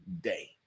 day